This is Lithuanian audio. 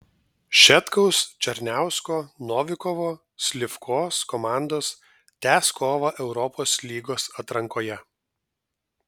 šetkaus černiausko novikovo slivkos komandos tęs kovą europos lygos atrankoje